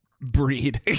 breed